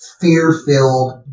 fear-filled